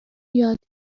یاد